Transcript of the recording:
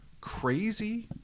crazy